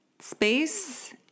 space